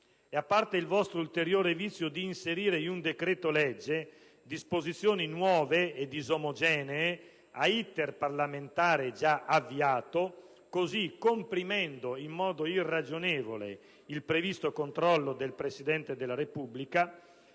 a parte il vostro ulteriore vizio di inserire in un decreto-legge disposizioni nuove e disomogenee ad *iter* parlamentare già avviato, così comprimendo in modo irragionevole il previsto controllo del Presidente della Repubblica,